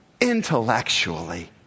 intellectually